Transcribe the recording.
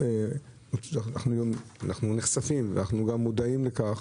אנחנו נחשפים ומודעים לכך